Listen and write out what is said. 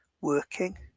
working